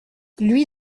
lui